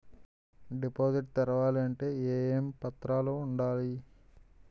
Deposit తెరవాలి అంటే ఏమేం పత్రాలు ఉండాలి?